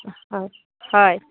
হয় হয়